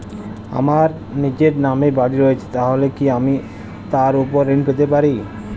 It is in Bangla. আমার নিজের নামে বাড়ী রয়েছে তাহলে কি আমি তার ওপর ঋণ পেতে পারি?